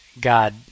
God